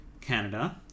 Canada